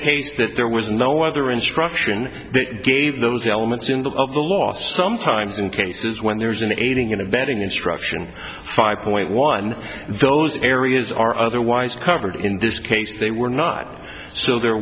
case that there was no other instruction that gave those elements in the eye of the law sometimes in cases when there is an aiding and abetting instruction five point one those areas are otherwise covered in this case they were not so there